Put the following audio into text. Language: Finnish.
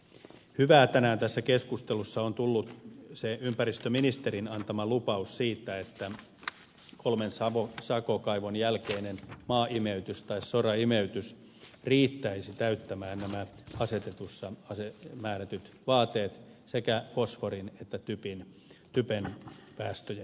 hyvää tänään tässä keskustelussa on ollut se ympäristöministerin antama lupaus siitä että kolmen sakokaivon jälkeinen maaimeytys tai soraimeytys riittäisi täyttämään nämä asetuksessa määrätyt vaateet sekä fosforin että typen päästöjen osalta